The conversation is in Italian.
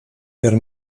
per